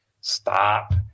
Stop